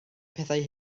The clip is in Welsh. pethau